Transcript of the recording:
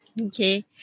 Okay